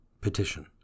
Petition